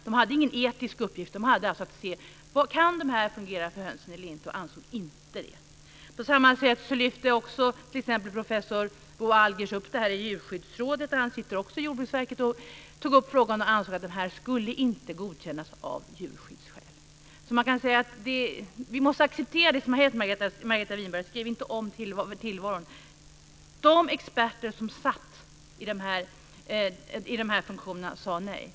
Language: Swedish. De hade ingen etisk utgift, utan de hade att se på om inredda burar skulle fungera för hönsen eller inte, men de ansåg att de inte skulle det. Professor Bo Algers tog också upp frågan i Djurskyddsrådet, men man ansåg att inredda burar inte skulle godkännas av djurskyddsskäl. Vi måste acceptera det som har hänt, Margareta Winberg. Skriv inte om historien! Experterna sade nej.